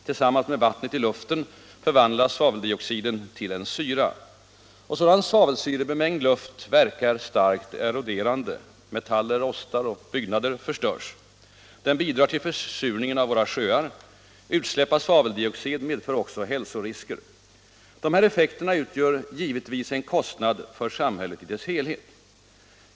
Tillsammans med vattnet i luften förvandlas svaveldioxiden till en syra. Sådan svavelsyrebemängd luft verkar starkt eroderande; metaller rostar, byggnader förstörs. Den bidrar till försurningen av våra sjöar. Utsläpp av svaveldioxid medför också hälsorisker. Dessa effekter medför givetvis en kostnad för samhället i dess helhet.